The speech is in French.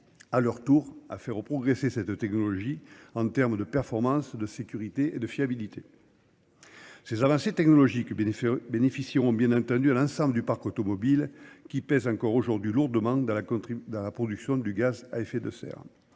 à leur tour à faire progresser cette technologie en termes de performance, de sécurité et de fiabilité. Ces avancées technologiques bénéficieront bien entendu à l'ensemble du parc automobile qui pèse encore aujourd'hui lourdement dans la production du gaz à effet de serre